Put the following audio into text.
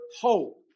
hope